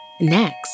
Next